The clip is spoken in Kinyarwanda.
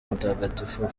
mutagatifu